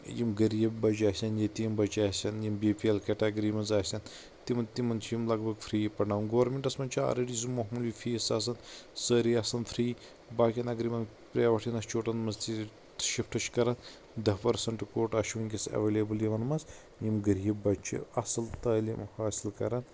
یِم غریٖب بچہِ آسن یتیٖم بچہِ آسن یِم بی پی اٮ۪ل کٹیگری منٛز آسن تِمن تِمن چھِ یہِ لگ بگ فری پرناون گوٚرمنٹس منٛز چھُ آلریڈی زِ موموٗلی فیٖس آسان سٲری آسان فری باقٮ۪ن اگر یِمن پریویٹ انسچوٗٹن منٛز تہِ شفٹ چھِ کران دہ پٔرسنٹ کوٹا چھُ وُنٛکٮ۪ن اٮ۪ویلیبٕل یِمن منٛز یِم غریٖب بچہِ چھِ اصل تعلیٖم حٲصِل کران